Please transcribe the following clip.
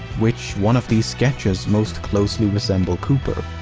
which one of these sketches most closely resemble cooper?